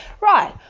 right